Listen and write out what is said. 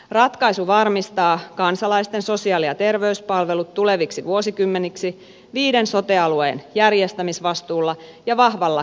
ratkaisu varmistaa kansalaisten sosiaali ja terveyspalvelut tuleviksi vuosikymmeniksi viiden sote alueen järjestämisvastuulla ja vahvalla kansallisella ohjauksella